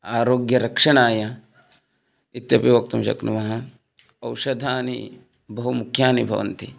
आरोग्यरक्षणाय इत्यपि वक्तुं शक्नुमः औषधानि बहु मुख्यानि भवन्ति